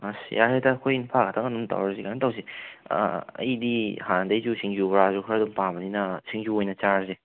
ꯑꯁ ꯌꯥꯔꯦꯗ ꯑꯩꯈꯣꯏ ꯅꯨꯄꯥ ꯉꯥꯛꯇ ꯑꯗꯨꯝ ꯇꯧꯔꯁꯤ ꯀꯩꯅꯣꯇꯧꯁꯤ ꯑꯩꯗꯤ ꯍꯥꯟꯅꯗꯩꯁꯨ ꯁꯤꯡꯖꯨ ꯕꯣꯔꯥꯁꯨ ꯈꯔꯗꯨꯝ ꯄꯥꯝꯕꯅꯤꯅ ꯁꯤꯡꯖꯨ ꯑꯣꯏꯅ ꯆꯥꯔꯁꯦ